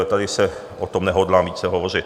Tady o tom nehodlám více hovořit.